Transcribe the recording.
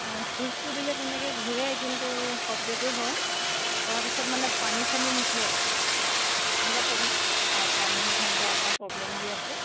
অঁ চুইচটো দিলে তেনেকে ঘূৰে কিন্তু শব্দটো হয় হোৱাৰ পিছত মানে পানী চানী নুঠে এনেকুৱা প্ৰবলেম অঁ পানী নুঠে এনেকোৱা অকণমান প্ৰবলেম দি আছে